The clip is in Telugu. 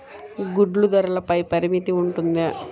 గుడ్లు ధరల పై పరిమితి ఉంటుందా?